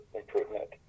improvement